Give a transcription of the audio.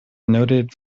noted